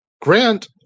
Grant